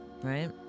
Right